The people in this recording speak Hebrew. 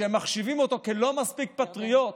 שמחשיבים אותו כלא מספיק פטריוט,